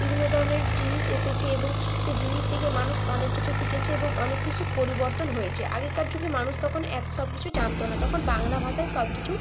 বিভিন্ন ধরনের জিনিস এসেছে এবং সে জিনিস থেকে মানুষ অনেক কিছু শিখেছে এবং অনেক কিছু পরিবর্তন হয়েছে আগেকার যুগে মানুষ তখন এত সব কিছু জানত না তখন বাংলা ভাষায় সব কিছু